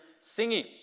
singing